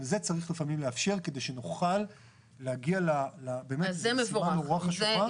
גם זה צריך לפעמים לאפשר כדי שנוכל להגיע באמת למשימה הנורא חשובה.